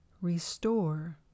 Restore